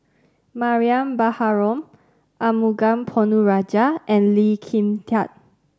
Mariam Baharom Arumugam Ponnu Rajah and Lee Kin Tat